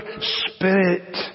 spirit